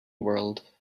world